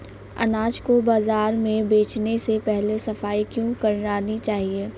अनाज को बाजार में बेचने से पहले सफाई क्यो करानी चाहिए?